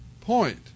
point